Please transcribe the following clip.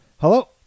Hello